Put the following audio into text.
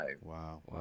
Wow